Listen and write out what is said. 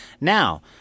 now